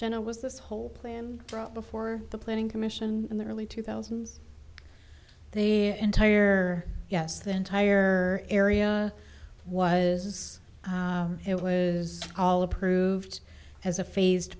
gena was this whole plan brought before the planning commission in the early two thousand the entire yes the entire area was it was all approved as a phased